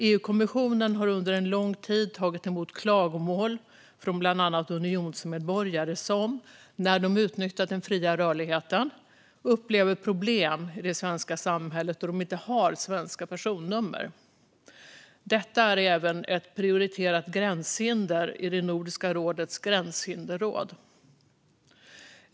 EU-kommissionen har under en lång tid tagit emot klagomål från bland andra unionsmedborgare som när de utnyttjat den fria rörligheten upplever problem i det svenska samhället då de inte har svenska personnummer. Detta är även ett prioriterat gränshinder i Nordiska rådets gränshinderråd.